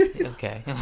Okay